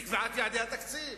בקביעת יעדי התקציב.